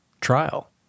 trial